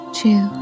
two